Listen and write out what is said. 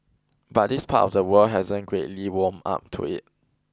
but this part of the world hasn't greatly warmed up to it